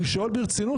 אני שואל ברצינות,